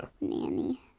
Nanny